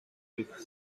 with